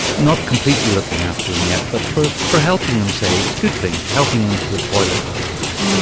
not completely looking after them yet, but for for helping them, say, it's a good thing, helping them to the toilet that sort of thing.